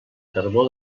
carbó